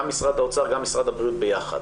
גם משרד האוצר וגם משרד הבריאות יחד.